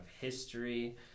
history